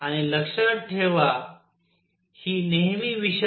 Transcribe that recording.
आणि लक्षात ठेवा ही नेहमी विषम संख्या असेल